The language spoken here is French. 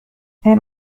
elle